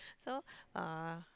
so uh